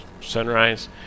sunrise